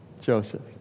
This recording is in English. Joseph